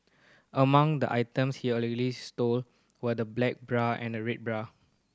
among the items he allegedly stole were the black bra and a red bra